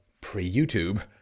pre-YouTube